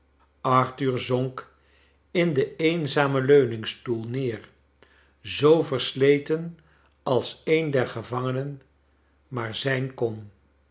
arthur zonk in den eenzamen leuningstoel neer zoo versleten als een der gevangenen maar zij kon